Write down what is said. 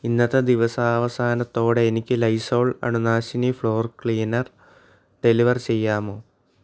ഇന്നത്തെ ദിവസാവസാനത്തോടെ എനിക്ക് ലൈസോൾ അണുനാശിനി ഫ്ലോർ ക്ലീനർ ഡെലിവർ ചെയ്യാമോ